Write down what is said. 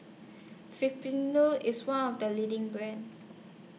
IS one of The leading brands